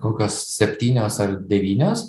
kokios septynios ar devynios